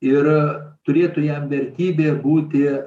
ir turėtų jam vertybė būti